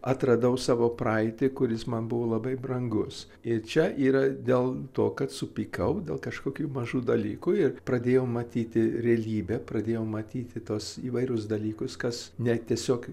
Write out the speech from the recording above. atradau savo praeitį kuris man buvo labai brangus ir čia yra dėl to kad supykau dėl kažkokių mažų dalykų ir pradėjau matyti realybę pradėjau matyti tuos įvairius dalykus kas ne tiesiog